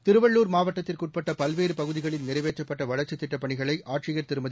திருவள்ளூர் மாவட்டத்திற்குபட்ட பல்வேறு பகுதிகளில் நிறைவேற்றப்பட்ட வளர்ச்சித் திட்டப் பணிகளை ஆட்சியர் திருமதி